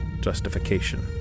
justification